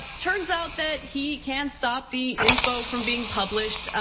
turns out that he can't stop the info from being published.